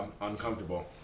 uncomfortable